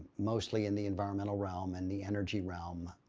mostly in the environmental realm and the energy realm.